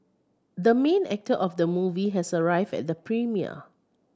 the main actor of the movie has arrived at the premiere